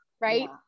right